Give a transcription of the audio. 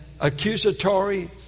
accusatory